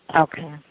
Okay